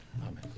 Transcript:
Amen